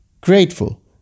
grateful